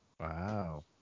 Wow